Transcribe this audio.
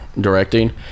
directing